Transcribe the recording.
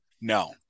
no